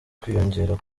kwiyongera